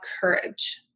courage